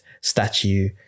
statue